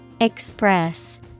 Express